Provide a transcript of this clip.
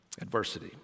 adversity